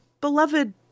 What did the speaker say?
beloved